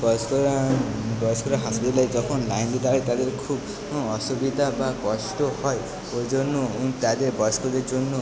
বয়স্করা বয়স্করা হসপিটাল যখন লাইন দিয়ে দাঁড়ায় তাদের খুব অসুবিধা বা কষ্ট হয় ওই জন্য তাদের বয়স্কদের জন্য